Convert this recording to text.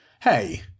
Hey